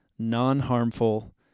non-harmful